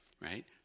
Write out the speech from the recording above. Right